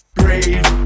brave